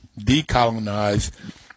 decolonize